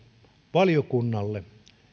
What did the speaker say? valiokunnalle